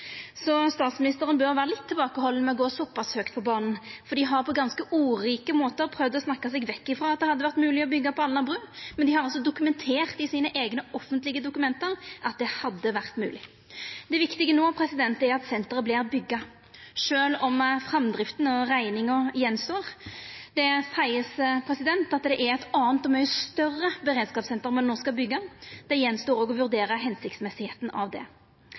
Statsministeren bør vera litt tilbakehalden med å gå såpass høgt på banen, for dei har på ganske ordrike måtar prøvd å snakka seg vekk frå at det hadde vore mogleg å byggja på Alnabru. Dei har dokumentert i sine eigne offentlege dokument at det hadde vore mogleg. Det viktige no er at senteret vert bygt, sjølv om framdrifta og rekninga står att. Det vert sagt at det er eit anna og mykje større beredskapssenter ein no skal byggja. Det står att òg å vurdera det